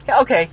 Okay